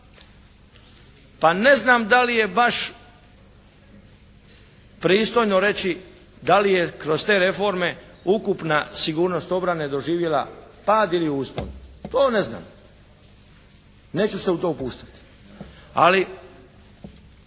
pa ne znam da li je baš pristojno reći da li je kroz te reforme ukupna sigurnost obrane doživjela pad ili uspon, to ne znam, neću se u to upuštati. Ali